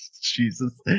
jesus